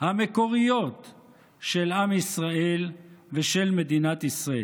המקוריות של עם ישראל ושל מדינת ישראל.